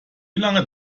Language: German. lange